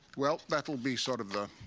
well, that'll be sort of the